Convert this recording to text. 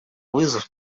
вызов